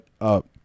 up